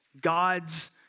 God's